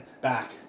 back